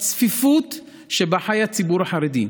הצפיפות שבה חי הציבור החרדי,